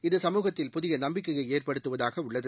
இது சமூகத்தில் புதிய நம்பிக்கையை ஏற்படுத்துவதாக உள்ளது